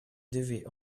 devait